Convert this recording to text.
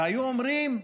והיו אומרים: